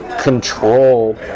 control